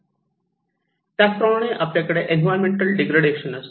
त्याचप्रमाणे आपल्याकडे environmental degradation असते